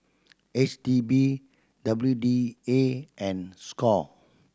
H D B W D A and score